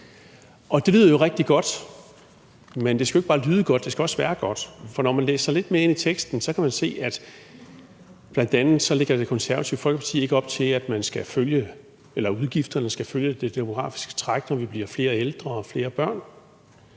og det lyder jo rigtig godt, men det skal ikke bare lyde godt; det skal også være godt. For når man læser lidt mere ind i teksten, kan man se, at bl.a. lægger Det Konservative Folkeparti ikke op til, at udgifterne skal følge det demografiske træk, når vi bliver flere ældre og flere børn.